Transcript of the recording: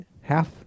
Half